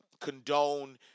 condone